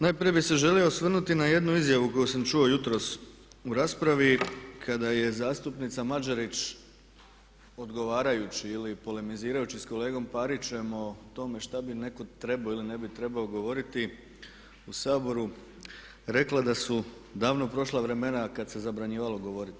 Najprije bi se želio osvrnuti na jednu izjavu koju sam čuo jutros u raspravi kada je zastupnika Mađerić odgovarajući ili polemizirajući s kolegom Parićem o tome šta bi netko trebao ili ne bi trebao govoriti u Saboru rekla da su davno prošla vremena kad se zabranjivalo govoriti.